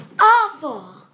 Awful